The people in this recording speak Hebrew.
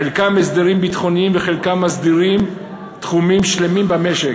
חלקם הסדרים ביטחוניים וחלקם מסדירים תחומים שלמים במשק.